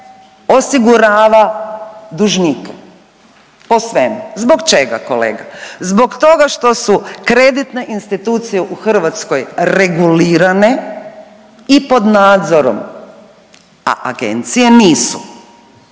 osigurava dužnike po svemu, zbog čega kolega? Zbog toga što su kreditne institucije u Hrvatskoj regulirane i pod nadzorom, a agencije nisu.